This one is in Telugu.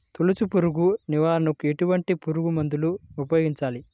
తొలుచు పురుగు నివారణకు ఎటువంటి పురుగుమందులు ఉపయోగించాలి?